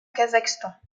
kazakhstan